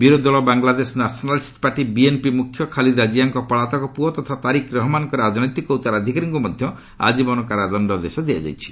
ବିରୋଧୀଦଳ Bangladesh nationalist party BNP ମୁଖ୍ୟ ଖଲିଦାଜିଆଙ୍କ ପଳାତକ ପୁଅ ତଥା ତାରିକ ରହମାନଙ୍କ ରାଜନୈତିକ ଉତ୍ତରାଧିକାରୀଙ୍କୁ ମଧ୍ୟ ଆଜୀବନ କାରାଦଣ୍ଡାଦେଶ ଦିଆଯାଇଛି